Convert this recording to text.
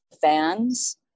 fans